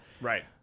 Right